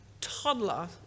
toddler